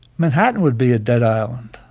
manhattan would be a dead island.